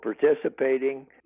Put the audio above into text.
participating